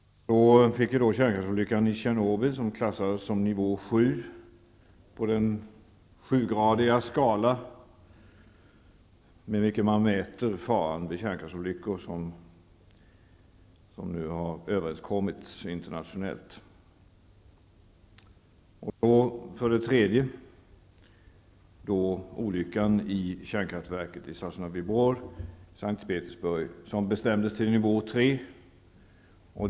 Sedan fick vi kärnkraftsolyckan i Tjernobyl som klassades som nivå sju på den sjugradiga skala med vilken man mäter graden av skada vid kärnkraftsolyckor. Den skalan har man kommit överens om internationellt. Därefter kom olyckan i kärnkraftverket i Sosnovyj Bor utanför S:t Petersburg. Den bestämdes till nivå tre.